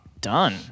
done